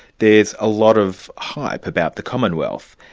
there's a lot of hype about the commonwealth,